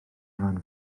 rhan